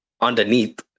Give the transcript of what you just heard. underneath